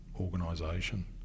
organisation